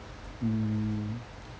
mm